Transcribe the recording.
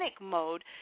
mode